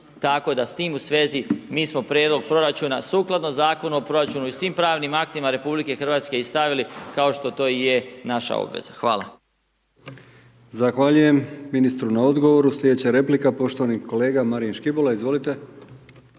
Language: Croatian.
Tako da s tim u svezi mi smo prijedlog proračuna sukladno Zakonu o proračunu i svim pravnih aktima RH i stavili kao što to i je naša obveza. Hvala.